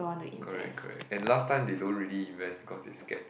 correct correct and last time they don't really invest because they scared